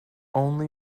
only